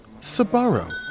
sabaro